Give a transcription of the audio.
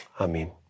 Amen